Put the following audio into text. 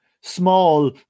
small